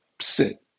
sit